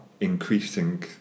increasing